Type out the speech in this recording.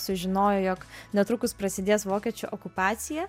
sužinojo jog netrukus prasidės vokiečių okupacija